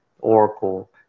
Oracle